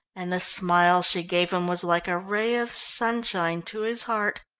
and the smile she gave him was like a ray of sunshine to his heart.